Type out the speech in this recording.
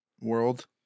world